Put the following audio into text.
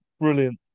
Brilliant